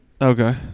Okay